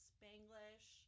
Spanglish